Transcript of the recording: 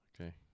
Okay